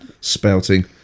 spouting